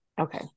okay